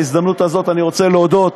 בהזדמנות הזאת אני רוצה להודות